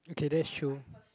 okay that's true